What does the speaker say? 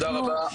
תודה רבה.